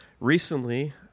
Recently